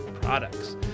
products